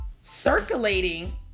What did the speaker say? circulating